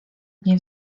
dni